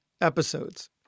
episodes